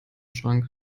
schrank